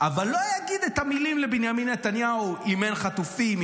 אבל לא יגיד את המילים לבנימין נתניהו: אם אין חטופים,